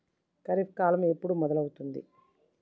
ఖరీఫ్ కాలం ఎప్పుడు మొదలవుతుంది?